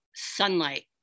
Sunlight